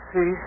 See